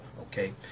Okay